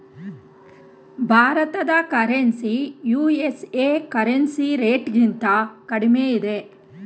ಭಾರತದ currency USA currency ರೇಟ್ಗಿಂತ ಕಡಿಮೆ ಇದೆ